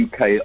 UK